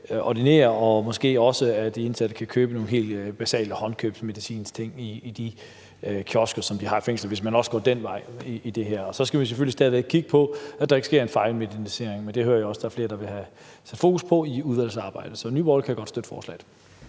og måske også, at de indsatte kan købe noget helt basalt håndkøbsmedicin i de kiosker, som de har i fængslerne, hvis man også går den vej i det her. Så skal vi selvfølgelig stadig væk kigge på, at der ikke sker en fejlmedicinering, men det hører jeg også flere vil have fokus på i udvalgsarbejdet. Så Nye Borgerlige kan godt støtte forslaget.